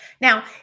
Now